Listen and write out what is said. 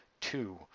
Two